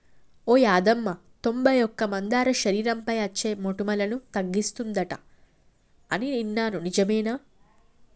ఓ యాదమ్మ తొంబై ఒక్క మందార శరీరంపై అచ్చే మోటుములను తగ్గిస్తుందంట అని ఇన్నాను నిజమేనా